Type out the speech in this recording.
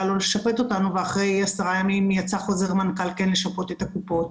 לא לשפות אותנו ואחרי עשרה ימים יצא חוזר מנכ"ל כן לשפות את הקופות,